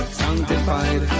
sanctified